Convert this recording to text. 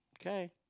Okay